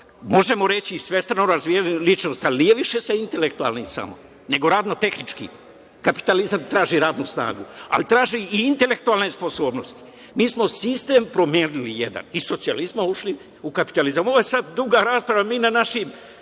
možemo reći – svestrano razvijena ličnost, ali nije više sa intelektualnim samo, nego radno–tehnički. Kapitalizam traži radnu snagu, ali traži i intelektualne sposobnosti. Mi smo sistem promenili jedan, iz socijalizma ušli u kapitalizam. Ovo je sad duga rasprava, mi na našim